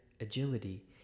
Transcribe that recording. agility